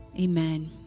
amen